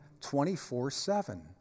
24-7